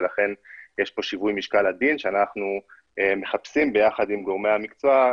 ולכן יש פה שיווי משקל עדין שאנחנו מחפשים ביחד עם גורמי המקצוע,